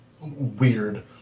weird